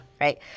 Right